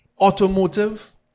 automotive